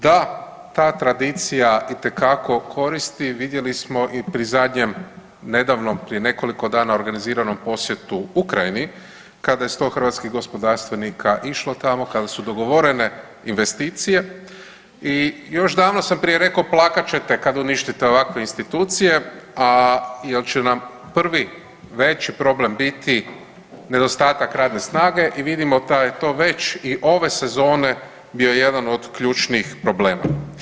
Da ta tradicija itekako koristi vidjeli smo i pri zadnjem, nedavnom prije nekoliko dana organiziranom posjetu Ukrajini kada je 100 gospodarstvenika išlo tamo, kada su dogovorene investicije i još davno sam prije rekao plakat ćete kada uništite ovakve institucije, a jer će nam prvi veći problem biti nedostatak radne snage i vidimo da je to već i ove sezone bio jedan od ključnih problema.